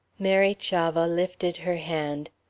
mary chavah lifted her hand.